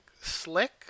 slick